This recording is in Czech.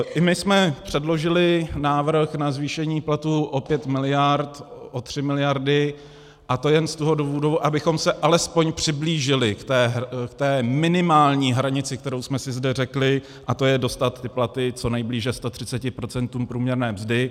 I my jsme předložili návrh na zvýšení platů o 5 miliard, o 3 miliardy, a to jen z toho důvodu, abychom se alespoň přiblížili k té minimální hranici, kterou jsme si zde řekli, a to je dostat platy co nejblíže 130 % průměrné mzdy.